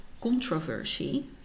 controversy